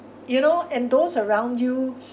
you know and those around you